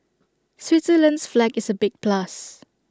Switzerland's flag is A big plus